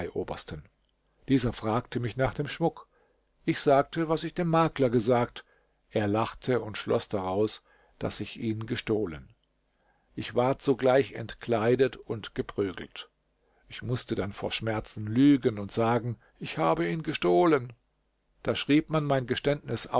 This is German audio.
dieser fragte mich nach dem schmuck ich sagte was ich dem makler gesagt er lachte und schloß daraus daß ich ihn gestohlen ich ward sogleich entkleidet und geprügelt ich mußte dann vor schmerzen lügen und sagen ich habe ihn gestohlen da schrieb man mein geständnis